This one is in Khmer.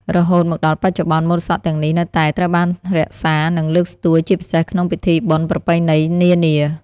រហូតមកដល់បច្ចុប្បន្នម៉ូតសក់ទាំងនេះនៅតែត្រូវបានរក្សា និងលើកស្ទួយ ជាពិសេសក្នុងពិធីបុណ្យប្រពៃណីនានា។